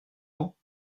temps